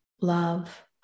love